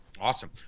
Awesome